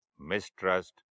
mistrust